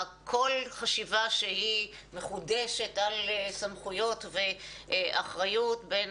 כל חשיבה מחודשת על סמכויות ואחריות בין